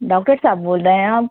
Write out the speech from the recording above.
doctor صاحب بول رہے ہیں آپ